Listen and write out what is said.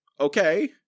okay